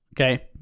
Okay